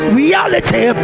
reality